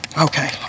Okay